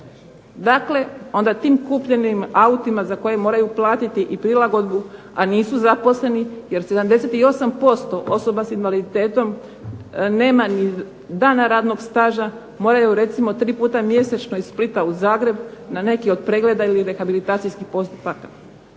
Dakle, onda tim kupljenim autima za koje moraju platiti i prilagodbu, a nisu zaposleni jer 78% osoba sa invaliditetom nema ni dana radnoga staža. Moraju recimo tri puta mjesečno iz Splita u Zagreb na neki od pregleda ili rehabilitacijskih postupaka.